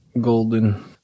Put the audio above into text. Golden